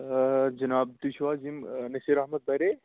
جِناب تُہۍ چھو حظ یِم نسیٖر احمد پرے